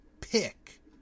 pick